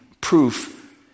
proof